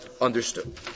understood